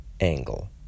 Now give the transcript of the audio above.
angle